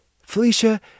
Felicia